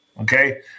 okay